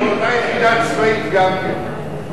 באותה יחידה צבאית גם כן.